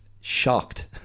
shocked